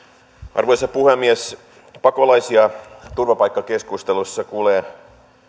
arvoisa puhemies pakolais ja turvapaikkakeskustelussa kuulee